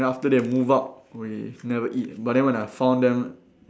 then after that move out we never eat but then when I found them